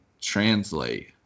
translate